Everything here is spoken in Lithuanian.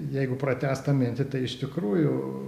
jeigu pratęst tą mintį tai iš tikrųjų